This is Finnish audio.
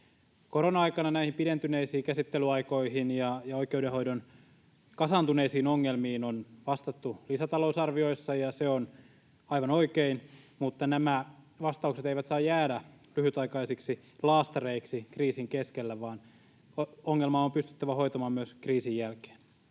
Korona-aikana näihin pidentyneisiin käsittelyaikoihin ja oikeudenhoidon kasaantuneisiin ongelmiin on vastattu lisätalousarvioissa, ja se on aivan oikein, mutta nämä vastaukset eivät saa jäädä lyhytaikaisiksi laastareiksi kriisin keskellä, vaan ongelmaa on pystyttävä hoitamaan myös kriisin jälkeen.